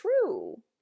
true